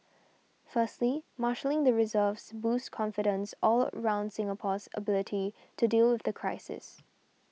firstly marshalling the reserves boosts confidence all round in Singapore's ability to deal with the crisis